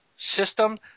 system